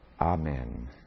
Amen